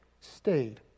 stayed